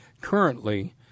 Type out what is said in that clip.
currently